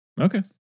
Okay